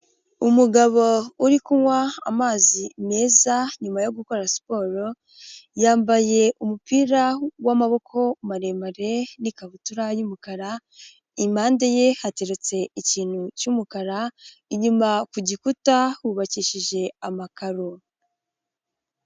Umugabo uri kunywa amazi meza nyuma yo gukora siporo, yambaye umupira w'amaboko maremare n'ikabutura y'umukara, impande ye hateretse ikintu cy'umukara, inyuma ku gikuta hubakishije amakaro.